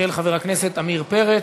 של חבר הכנסת עמיר פרץ,